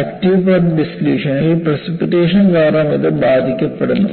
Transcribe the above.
active path ഡിസൊലൂഷൻലിൽ precipitation കാരണം ഇത് ബാധിക്കപ്പെടുന്നു